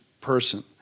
person